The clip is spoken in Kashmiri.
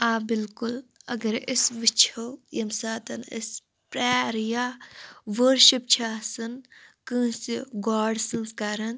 آ بِلکُل اگر أسۍ وٕچھو ییٚمہِ ساتَن أسۍ پیٚیر یا وٕرشِپ چھِ آسَن کٲنٛسہِ گاڈ سٕنٛز کران